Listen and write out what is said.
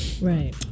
Right